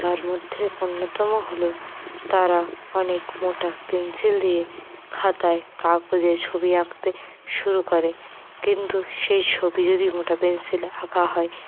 তারমধ্যে অন্যতম হল তারা অনেক মোটা পেনসিল দিয়ে খাতায় কাগজে ছবি আঁকতে শুরু করে কিন্তু সেই ছবি যদি মোটা পেনসিলে আঁকা হয়